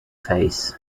face